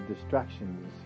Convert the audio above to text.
distractions